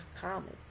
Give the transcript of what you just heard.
common